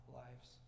lives